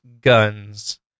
guns